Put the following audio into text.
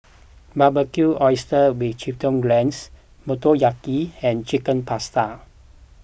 Barbecued Oysters with Chipotle Glaze Motoyaki and Chicken Pasta